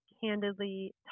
candidly